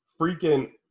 freaking